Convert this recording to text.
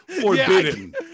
Forbidden